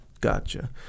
gotcha